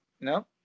No